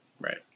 Right